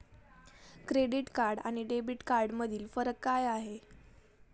Credit card आणि debit कार्डमधील फरक काय आहे?